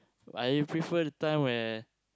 I prefer the time where